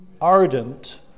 ardent